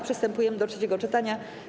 Przystępujemy do trzeciego czytania.